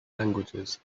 languages